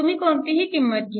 तुम्ही कोणतीही किंमत घ्या